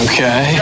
Okay